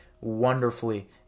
wonderfully